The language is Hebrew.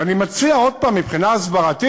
ואני מציע, עוד פעם, מבחינה הסברתית,